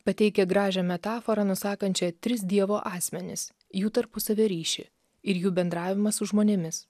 pateikia gražią metaforą nusakančią tris dievo asmenis jų tarpusavio ryšį ir jų bendravimą su žmonėmis